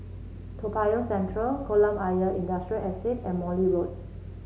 Toa Payoh Central Kolam Ayer Industrial Estate and Morley Road